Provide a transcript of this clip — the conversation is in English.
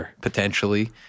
potentially